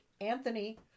Anthony